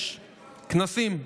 6. כנסים,